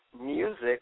music